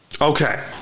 Okay